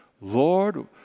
Lord